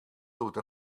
lûd